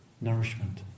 nourishment